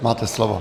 Máte slovo.